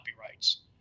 copyrights